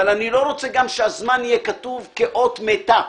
אבל אני לא רוצה גם שהזמן יהיה כתוב כאות מתה,